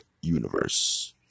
universe